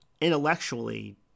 intellectually